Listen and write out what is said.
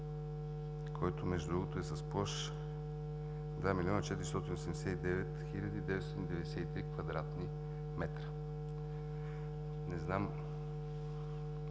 който между другото е с площ 2 милиона 489 хиляди 993 квадратни метра. Не знам